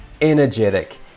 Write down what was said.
energetic